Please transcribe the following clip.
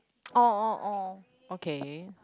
orh orh orh okay